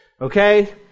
Okay